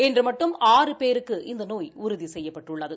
இன்று மட்டும் ஆறு பேருக்கு இந்த நோய் உறுதி செய்யப்பட்டுள்ளது